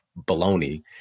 baloney